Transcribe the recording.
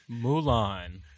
Mulan